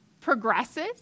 progresses